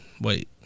wait